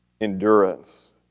endurance